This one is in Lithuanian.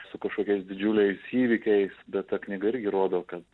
su kažkokiais didžiuliais įvykiais bet ta knyga įrodo kad